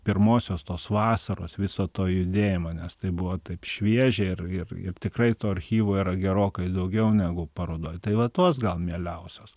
pirmosios tos vasaros viso to judėjimo nes tai buvo taip šviežia ir ir ir tikrai to archyvo yra gerokai daugiau negu parodoj tai va tos gal mieliausios